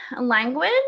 language